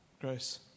Grace